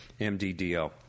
mddo